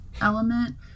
element